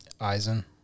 Eisen